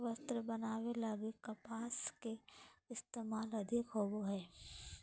वस्त्र बनावे लगी कपास के इस्तेमाल अधिक होवो हय